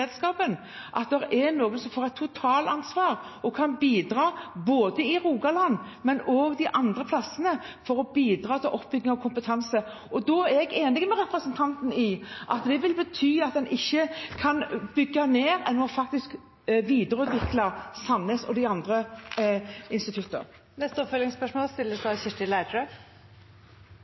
at det er noen som får et totalansvar, og som kan bidra til – både i Rogaland og andre steder – oppbygging av kompetanse. Jeg er enig med representanten i at det vil bety at en ikke kan bygge ned – en må faktisk videreutvikle veterinærinstituttet i Sandnes og de andre instituttene. Kirsti Leirtrø – til oppfølgingsspørsmål.